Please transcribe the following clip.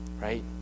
right